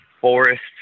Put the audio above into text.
forests